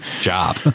job